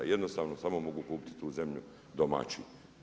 Jednostavno, samo mogu kupiti tu zemlji domaći.